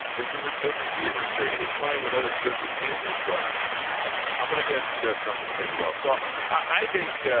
this was a good receiver and sure he was playing with other good receivers, but i'm going to guess he does something pretty well. so i think yeah